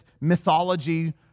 mythology